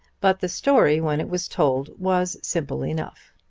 but the story when it was told was simple enough.